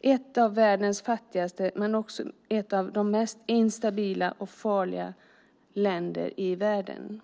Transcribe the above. ett av världens fattigaste men också ett av de mest instabila och farliga länderna i världen.